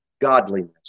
godliness